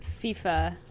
FIFA